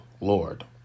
Lord